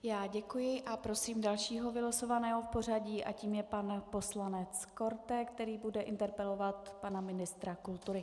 Já děkuji a prosím dalšího vylosovaného v pořadí a tím je pan poslanec Korte, který bude interpelovat pana ministra kultury.